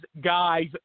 guys